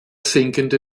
sinkende